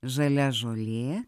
žalia žolė